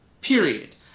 Period